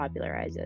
popularizes